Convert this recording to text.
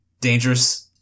dangerous